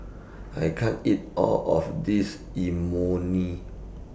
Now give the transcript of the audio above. I can't eat All of This Imoni